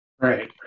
Right